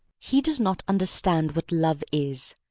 he does not understand what love is.